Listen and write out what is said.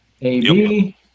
AB